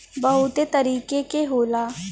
बहुते तरीके के होला